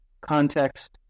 context